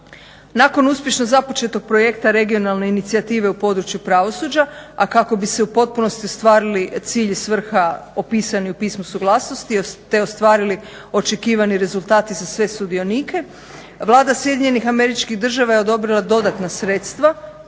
Nakon uspješno započetog projekta regionalne inicijative u području pravosuđa, a kako bi se u potpunosti ostvarili cilj i svrha opisani u pismu suglasnosti te ostvarili očekivani rezultati za sve sudionike Vlada SAD-a je odobrila dodatna sredstva